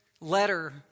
letter